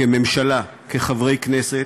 כממשלה, כחברי כנסת,